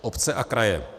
Obce a kraje.